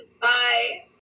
Bye